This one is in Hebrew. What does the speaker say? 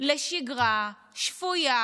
לשגרה שפויה,